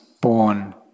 born